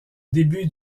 début